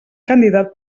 candidat